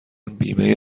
بیمه